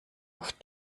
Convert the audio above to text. oft